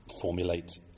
formulate